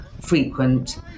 frequent